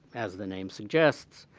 as the name suggests,